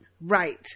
Right